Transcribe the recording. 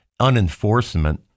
unenforcement